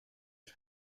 has